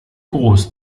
groß